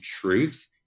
truth